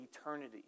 eternity